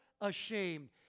ashamed